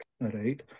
Right